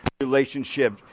relationship